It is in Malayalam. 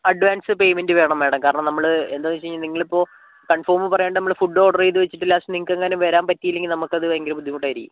അഡ്വാൻസ് പേയ്മെൻറ്റ് വേണം മേഡം കാരണം നമ്മൾ എന്താണ് വെച്ചുകഴിഞ്ഞാൽ നിങ്ങൾ ഇപ്പോൾ കൺഫോം പറയാണ്ടെ നമ്മൾ ഫുഡ് ഓർഡർ ചെയ്ത് വെച്ചിട്ട് ലാസ്റ്റ് നിങ്ങൾക്ക് എങ്ങാനും വരാൻ പറ്റിയില്ലെങ്കിൽ നമുക്കത് ബുദ്ധിമുട്ടായിരിക്കും